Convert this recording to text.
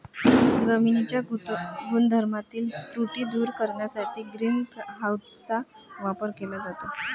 जमिनीच्या गुणधर्मातील त्रुटी दूर करण्यासाठी ग्रीन हाऊसचा वापर केला जातो